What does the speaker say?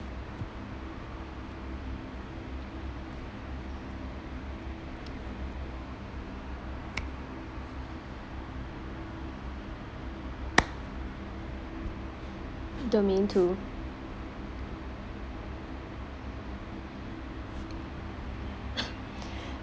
domain two